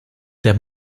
von